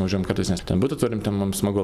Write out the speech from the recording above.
nuvažiuojam kartais nes ten butą turim ten mums smagu